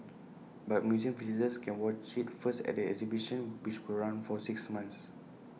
but museum visitors can watch IT first at the exhibition which will run for six months